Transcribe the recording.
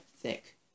thick